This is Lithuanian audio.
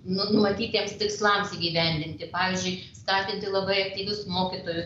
numatytiems tikslams įgyvendinti pavyzdžiui skatinti labai aktyvius mokytojus